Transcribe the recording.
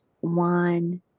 One